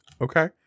Okay